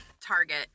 Target